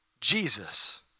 Jesus